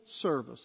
service